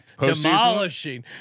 Demolishing